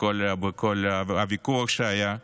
בכל הוויכוח שהיה,